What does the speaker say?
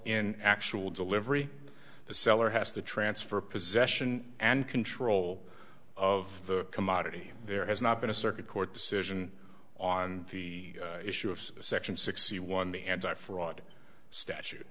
in actual delivery the seller has to transfer possession and control of the commodity there has not been a circuit court decision on the issue of section sixty one the anti fraud statu